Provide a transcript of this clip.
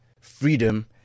freedom